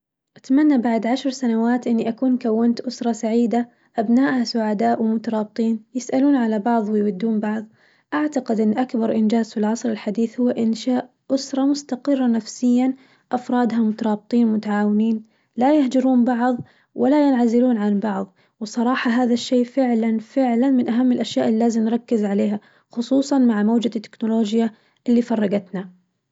أتمنى بعد عشر سنوات إني أكون كونت أسرة سعيدة أبنائها سعداء ومترابطين، يسألون على بعظ ويودون بعظ، أعتقد إنه أكبر انجاز في العصر الحديث هو إنشاء أسرة مستقرة نفسياً أفرادها مترابطين ومتعاونين، لا يهجرون بعظ ولا ينعزلون عن بعظ، وصراحة هذا الشي فعلاً فعلاً من أهم الأشِياء اللي لازم نركز عليها خصوصاً مع موجة التكنولوجيا اللي فرقتنا.